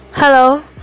hello